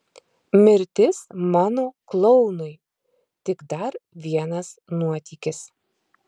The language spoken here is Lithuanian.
mirtis mano klounui tik dar vienas nuotykis